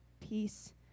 peace